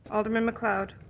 alderman mcleod?